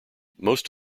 most